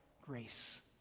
grace